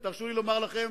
ותרשו לי לומר לכם